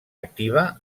activa